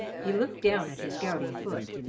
he looked down at his gouty foot.